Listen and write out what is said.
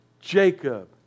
Jacob